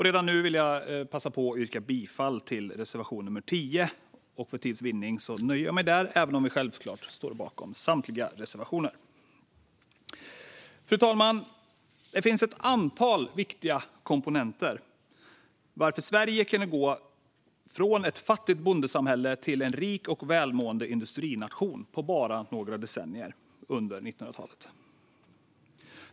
Redan nu vill jag yrka bifall till reservation 10, och för tids vinning nöjer jag mig med det, även om vi självfallet står bakom samtliga våra reservationer. Fru talman! Det finns ett antal viktiga komponenter när det gäller hur Sverige kunde utvecklas från ett fattigt bondesamhälle till en rik och välmående industrination på bara några decennier under 1900-talet.